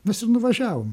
mes ir nuvažiavom